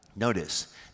Notice